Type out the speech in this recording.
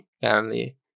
family